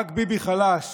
רק ביבי חלש